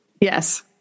Yes